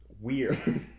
weird